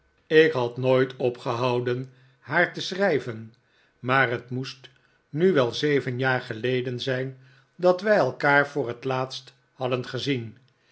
ik had nooit opgehouden haar te schrijven maar het moest david copperfield nu wel zeven jaar geleden zijn dat wij f elkaar voor het laatst hadden gezien